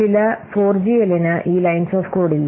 ചില 4 ജിഎല്ലിന് ഈ ലൈൻസ് ഓഫ് കോഡ് ഇല്ല